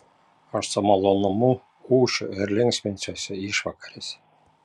aš su malonumu ūšiu ir linksminsiuosi išvakarėse